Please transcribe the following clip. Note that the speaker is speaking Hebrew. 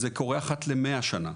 זה קורה אחת ל-100 שנה.